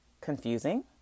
confusing